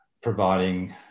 providing